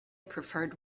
preferred